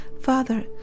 Father